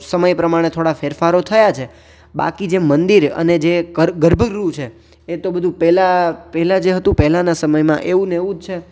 તો સમય પ્રમાણે ફેરફારો થયા છે બાકી જે મંદિર અને જે ગર્ક ગર્ભગૃહ છે એતો બધું પહેલાં જે એ પહેલાં જે હતું પહેલાંના સમયમાં એવું ને એવું જ છે